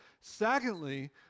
Secondly